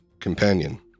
companion